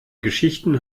geschichten